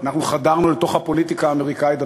חדרנו אל תוך הפוליטיקה האמריקנית,